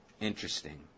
Interesting